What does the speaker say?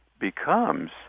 becomes